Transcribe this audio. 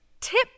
tip